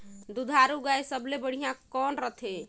दुधारू गाय सबले बढ़िया कौन रथे?